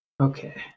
Okay